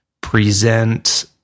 present